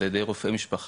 על ידי רופא משפחה,